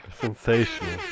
Sensational